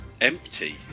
empty